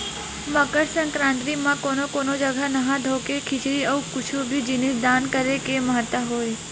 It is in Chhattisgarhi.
मकर संकरांति म कोनो कोनो जघा नहा धोके खिचरी अउ कुछु भी जिनिस दान करे के महत्ता हवय